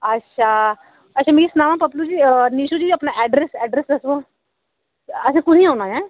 अच्छा अच्छा मिकी सनाओ पप्लू जी निशु जी अपना एड्रेस एड्रेस दस्सो हां असें कुत्थें औना ऐ